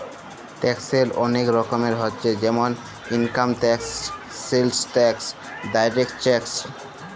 ট্যাক্সের ওলেক রকমের হচ্যে জেমল income tax, sales tax, direct tax